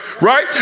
right